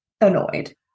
annoyed